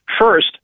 first